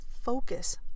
focus